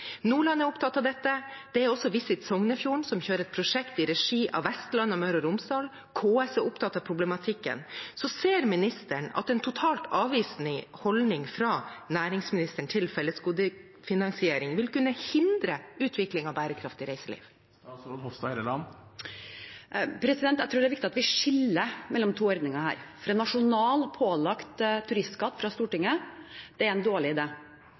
Nordland er opptatt av dette, det er også Visit Sognefjord, som kjører et prosjekt i regi av Vestland og Møre og Romsdal, og KS er opptatt av problematikken. Ser ministeren at en totalt avvisende holdning fra næringsministeren til fellesgodefinansiering vil kunne hindre utviklingen av et bærekraftig reiseliv? Jeg tror det er viktig at vi skiller mellom to ordninger her. En nasjonal pålagt turistskatt fra Stortinget er en dårlig